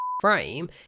frame